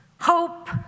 Hope